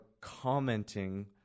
commenting